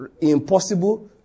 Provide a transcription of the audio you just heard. impossible